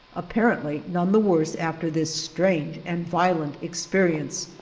apparently none the worse after this strange and violent experience.